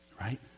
Right